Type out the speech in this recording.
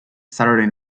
saturday